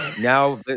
Now